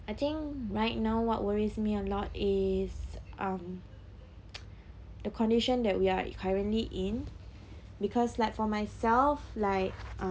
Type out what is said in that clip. I think right now what worries me a lot is um the condition that we are currently in because like for myself like